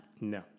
No